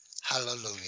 Hallelujah